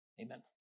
Amen